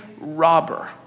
robber